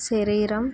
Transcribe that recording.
శరీరం